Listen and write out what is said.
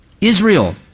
Israel